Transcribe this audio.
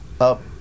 Up